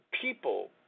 people